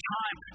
time